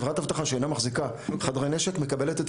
חברת אבטחה שאינה מחזיקה חדרי נשק מקבלת את